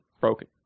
broken